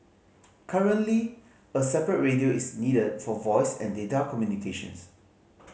currently a separate radio is needed for voice and data communications